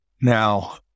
Now